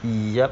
yup